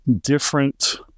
different